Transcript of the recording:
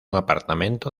apartamento